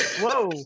Whoa